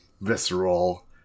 visceral